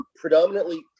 predominantly